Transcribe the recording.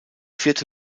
vierte